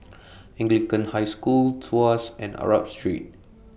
Anglican High School Tuas and Arab Street